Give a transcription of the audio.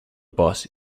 boss